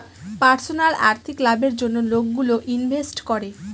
personal আর্থিক লাভের জন্য লোকগুলো ইনভেস্ট করে